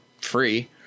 free